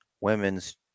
Women's